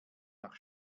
nach